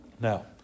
Now